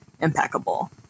impeccable